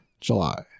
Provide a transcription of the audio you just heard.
July